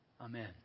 Amen